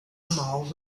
mall